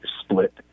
split